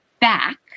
back